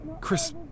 Chris